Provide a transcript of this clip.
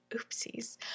Oopsies